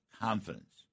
Confidence